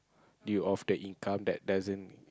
deal off the income that doesn't